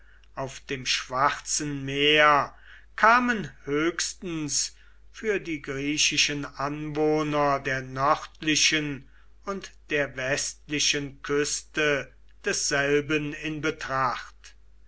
auf dem schwarzen meer kamen höchstens für die griechischen anwohner der nördlichen und der westlichen küste desselben in betracht